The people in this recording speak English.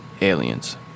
aliens